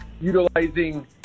utilizing